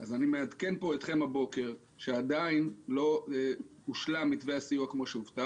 אז אני מעדכן פה אתכם הבוקר שעדיין לא הושלם מתווה הסיוע כמו שהובטח.